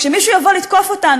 כשמישהו יבוא לתקוף אותנו,